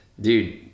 dude